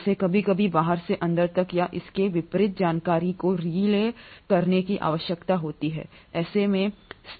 इसे कभी कभी बाहर से अंदर तक या इसके विपरीत जानकारी को रिले करने की आवश्यकता होती है